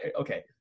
okay